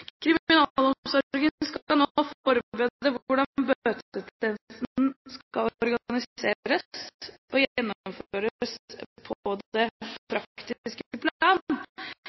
Kriminalomsorgen skal nå forberede hvordan bøtetjenesten skal organiseres og gjennomføres på det praktiske